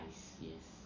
rice yes